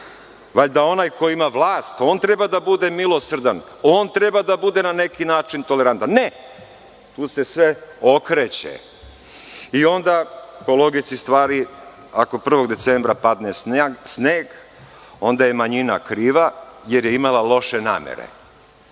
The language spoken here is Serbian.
Bar da onaj ko ima vlast, on treba da bude milosrdan, on treba da bude na neki način tolerantan. Ne, tu se sve okreće. Onda, po logici stvari, ako 1. decembra padne sneg, onda je manjina kriva jer je imala loše namere.